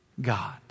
God